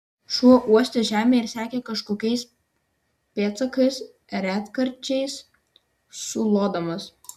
šuo uostė žemę ir sekė kažkokiais pėdsakais retkarčiais sulodamas